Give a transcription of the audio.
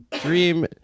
dream